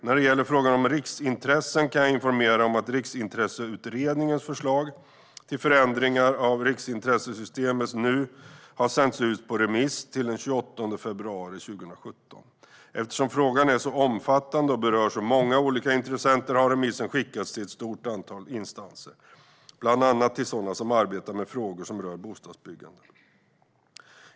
När det gäller frågan om riksintressen kan jag informera om att Riksintresseutredningens förslag till förändringar av riksintressesystemet nu har sänts ut på remiss till den 28 februari 2017. Eftersom frågan är så omfattande och berör så många olika intressenter har remissen skickats till ett stort antal instanser, bland annat till sådana som arbetar med frågor som rör bostadsbyggande.